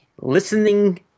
listening